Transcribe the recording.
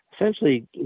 essentially